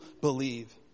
believe